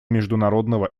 международного